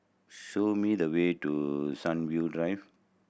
show me the way to Sunview Drive